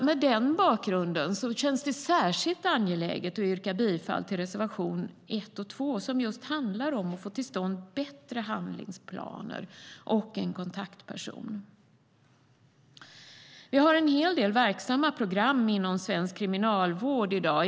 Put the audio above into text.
Mot denna bakgrund känns det särskilt angeläget att yrka bifall till reservation 1 och 2, som just handlar om att få till stånd bättre handlingsplaner och en kontaktperson. Vi har en hel del verksamma program inom svensk kriminalvård i dag.